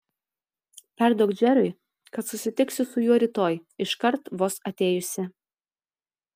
perduok džeriui kad susitiksiu su juo rytoj iškart vos atėjusi